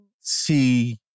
see